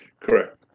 Correct